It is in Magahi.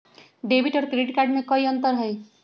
डेबिट और क्रेडिट कार्ड में कई अंतर हई?